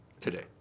today